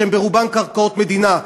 שהן ברובן קרקעות מדינה,